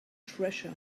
treasure